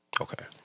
Okay